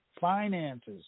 finances